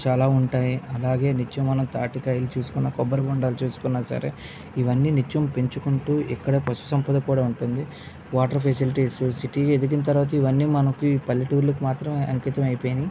చాలా ఉంటాయి అలాగే నిత్యం మనం తాటికాయలు చూసుకున్నా కొబ్బరి బొండాలు చూసుకున్నా సరే ఇవన్నీ నిత్యం పెంచుకుంటూ ఇక్కడ పశు సంపద కూడా ఉంటుంది వాటర్ ఫెసిలిటీస్ సిటీ ఎదిగిన తరువాత ఇవన్నీ మనకి పల్లెటూళ్ళకి మాత్రమే అంకితం అయిపోయాయి